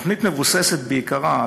התוכנית מבוססת בעיקרה,